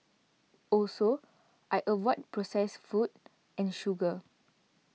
also I avoid processed food and sugar